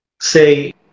say